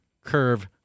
curve